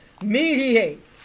mediate